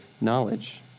knowledge